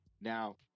Now